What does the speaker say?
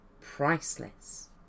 priceless